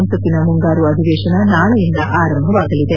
ಸಂಸತ್ತಿನ ಮುಂಗಾರು ಅಧಿವೇಶನ ನಾಳೆಯಿಂದ ಆರಂಭವಾಗಲಿದೆ